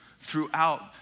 throughout